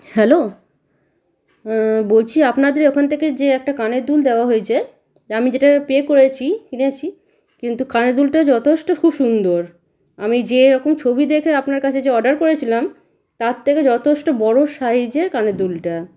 hello বলছি আপনাদের ওখান থেকে যে একটা কানের দুল দেওয়া হয়েছে যে আমি যেটা পে করেছি কিনেছি কিন্তু কানের দুলটা যথেষ্ট খুব সুন্দর আমি যেরকম ছবি দেখে আপনার কাছে যে অর্ডার করেছিলাম তার থেকে যথেষ্ট বড়ো সাইজের কানের দুলটা